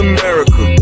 America